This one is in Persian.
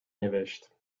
نوشت